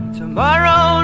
tomorrow